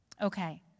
okay